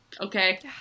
Okay